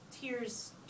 tears